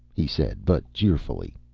he said, but cheerfully.